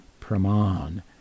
Praman